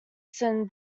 certain